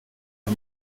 här